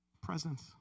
Presence